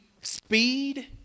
speed